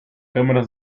cámara